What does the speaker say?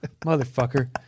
Motherfucker